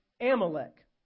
Amalek